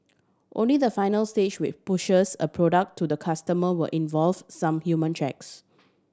only the final stage which pushes a product to the customer will involve some human checks